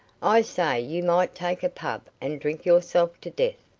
i say you might take a pub and drink yourself to death,